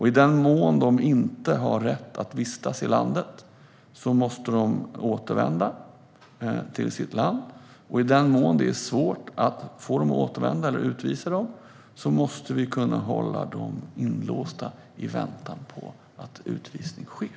I den mån de inte har rätt att vistas i landet måste de återvända till sitt hemland. I den mån det är svårt att få dem att återvända eller utvisa dem måste vi kunna hålla dem inlåsta i väntan på att utvisning sker.